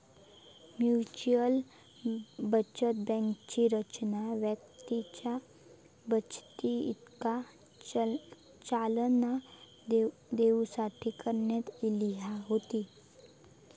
mutual बचत बँकांची रचना व्यक्तींच्या बचतीका चालना देऊसाठी करण्यात इली होती